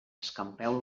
escampeu